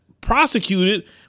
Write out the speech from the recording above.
prosecuted